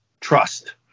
trust